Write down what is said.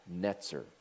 Netzer